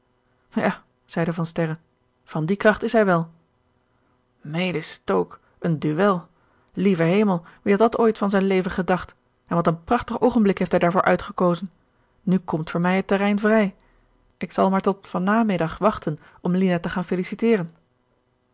ja zeide van sterren van die kracht is hij wel melis stoke een duel lieve hemel wie had dat ooit van zijn leven gedacht en wat een prachtig oogenblik heeft gerard keller het testament van mevrouw de tonnette hij daarvoor uitgekozen nu komt voor mij het terrein vrij ik zal maar tot van namiddag wachten om lina te gaan feliciteeren